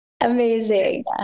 Amazing